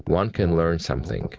one can learn something.